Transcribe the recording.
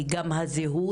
היא גם הזהות,